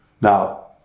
Now